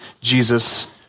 Jesus